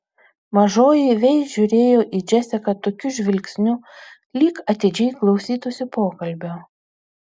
mažoji vei žiūrėjo į džesiką tokiu žvilgsniu lyg atidžiai klausytųsi pokalbio